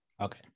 okay